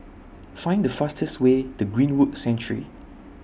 Find The fastest Way to Greenwood Sanctuary